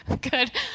good